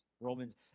Romans